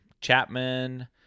Chapman